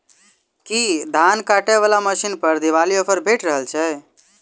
की धान काटय वला मशीन पर दिवाली ऑफर भेटि रहल छै?